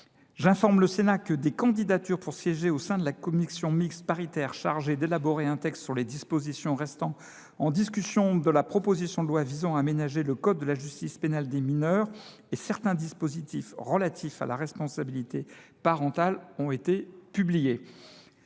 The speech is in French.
J'informe le Sénat que des candidatures pour siéger au sein de la commission mixte paritaire chargée d'élaborer un texte sur les dispositions restant en discussion de la proposition de loi visant à aménager le Code de la justice pénale des mineurs et certains dispositifs relatifs à la responsabilité parentale ont été publiés.